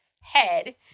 head